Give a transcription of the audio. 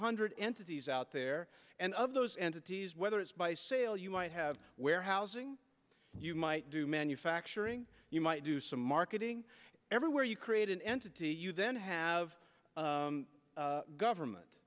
hundred entities out there and of those entities whether it's by sale you might have warehousing you might do manufacturing you might do some marketing everywhere you create an entity you then have government